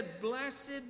Blessed